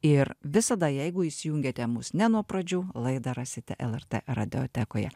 ir visada jeigu įsijungėte mus ne nuo pradžių laidą rasite lrt radiotekoje